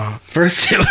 First